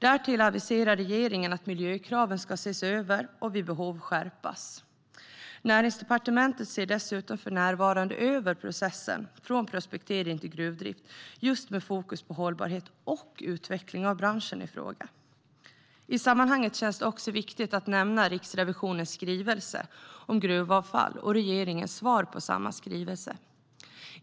Därtill aviserar regeringen att miljökraven ska ses över och vid behov skärpas. Näringsdepartementet ser dessutom för närvarande över processen från prospektering till gruvdrift, just med fokus på hållbarhet ochI sammanhanget känns det också viktigt att nämna Riksrevisionens skrivelse om gruvavfall och regeringens svar på samma skrivelse.